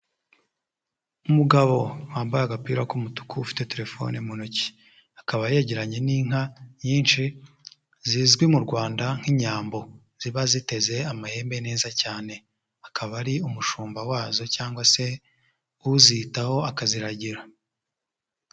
Umugabo wambaye agapira k'umutuku ufite telefoni mu ntoki, akaba yegeranye n'inka nyinshi zizwi mu Rwanda nk'inyambo ziba ziteze amahembe neza cyane, akaba ari umushumba wazo cyangwa se uzitaho akaziragira.